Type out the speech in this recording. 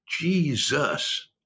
Jesus